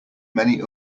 many